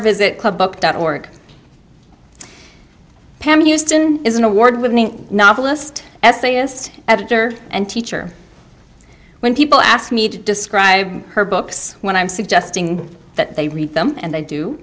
book dot org pam used in is an award winning novelist essayist editor and teacher when people ask me to describe her books when i'm suggesting that they read them and they do